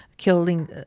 killing